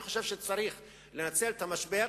אני חושב שצריך לנצל את המשבר